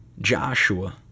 Joshua